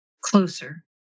Closer